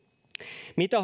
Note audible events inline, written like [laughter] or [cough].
mitä [unintelligible]